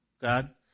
God